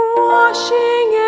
washing